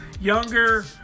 younger